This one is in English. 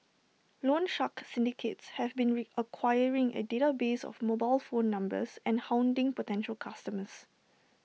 loan shark syndicates have been re acquiring A database of mobile phone numbers and hounding potential customers